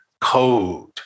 Code